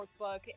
Sportsbook